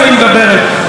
היא מדברת עליו,